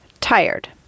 tired